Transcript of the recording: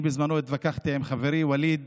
אני בזמנו התווכחתי עם חברי ווליד